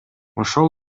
ошол